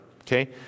Okay